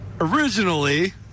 Originally